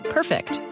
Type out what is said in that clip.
Perfect